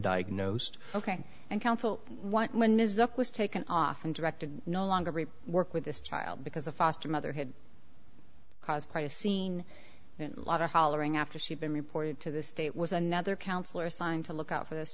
diagnosed ok and counsel one when ms up was taken off and directed no longer work with this child because the foster mother had caused quite a scene and a lot of hollering after she'd been reported to this was another counselor assigned to look out for this